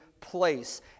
place